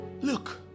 Look